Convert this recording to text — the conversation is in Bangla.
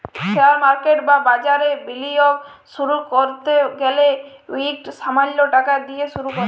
শেয়ার মার্কেট বা বাজারে বিলিয়গ শুরু ক্যরতে গ্যালে ইকট সামাল্য টাকা দিঁয়ে শুরু কর